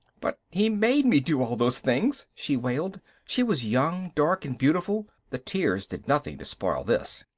but he made me do all those things, she wailed. she was young, dark and beautiful, the tears did nothing to spoil this.